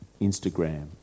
Instagram